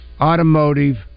Automotive